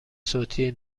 صوتی